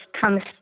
comes